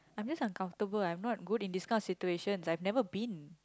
I'm just uncomfortable I'm not good in this kind of situation I've never been